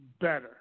better